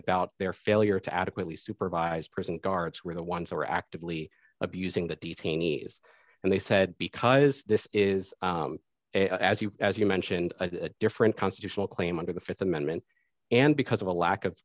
about their failure to adequately supervise prison guards were the ones who are actively abusing that detainee and they said because this is as you as you mentioned a different constitutional claim under the th amendment and because of a lack of